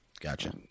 gotcha